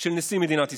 של נשיא מדינת ישראל.